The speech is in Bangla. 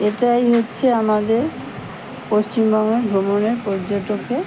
এটাই হচ্ছে আমাদের পশ্চিমবঙ্গের ভ্রমণের পর্যটকে